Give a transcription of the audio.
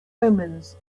omens